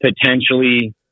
potentially